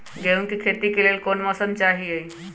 गेंहू के खेती के लेल कोन मौसम चाही अई?